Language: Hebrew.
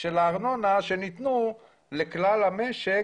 של הארנונה שניתנו לכלל המשק